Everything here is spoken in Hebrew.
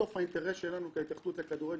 בסוף האינטרס שלנו כהתאחדות לכדורגל,